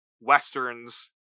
westerns